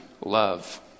love